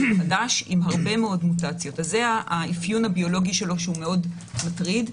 זה האפיון הביולוגי שלו, שהוא מאוד מטריד.